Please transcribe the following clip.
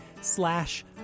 slash